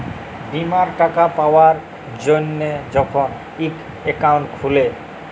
বীমার টাকা পাবার জ্যনহে যখল ইক একাউল্ট খুলে